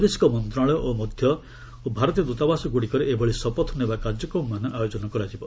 ବୈଦେଶିକ ମନ୍ତ୍ରଣାଳୟ ମଧ୍ୟ ଭାରତୀୟ ଦ୍ୱତାବାସଗ୍ରଡ଼ିକରେ ଏଭଳି ଶପଥ ନେବା କାର୍ଯ୍ୟକ୍ରମମାନ ଆୟୋଜନ କରିବ